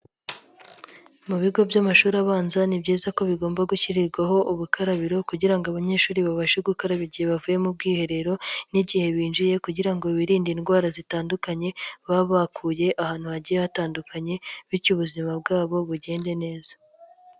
Mu bigo by'amashuri abanza ni byiza ko bigomba gushyirirwaho ubukarabiro kugira ngo abanyeshuri babashe gukaraba igihe bavuye mu bwiherero n'igihe binjiye kugira ngo birinde indwara zitandukanye, baba bakuye ahantu hagiye hatandukanye bityo ubuzima bwabo bugende neza.